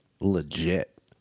legit